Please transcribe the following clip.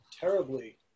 terribly